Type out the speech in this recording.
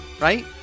Right